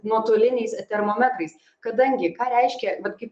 nuotoliniais termometrais kadangi ką reiškia vat kaip